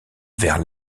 vers